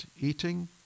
eating